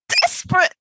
desperate